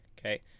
okay